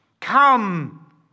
come